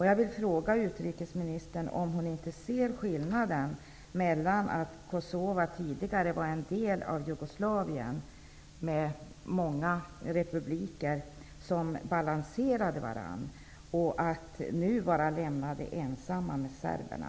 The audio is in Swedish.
Jag vill fråga utrikesministern om hon inte ser skillnaden mellan att Kosova tidigare var en del av Jugoslavien -- många republiker balanserade då varandra -- och att Kosova nu är lämnat ensamt med serberna.